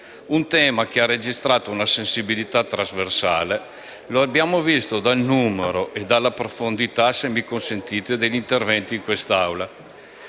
questo che ha registrato una sensibilità trasversale, come abbiamo visto dal numero e dalla profondità - se mi consentite - degli interventi svolti in quest'Aula.